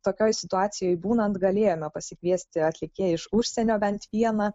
tokioj situacijoj būnant galėjome pasikviesti atlikėją iš užsienio bent vieną